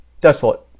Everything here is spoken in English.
desolate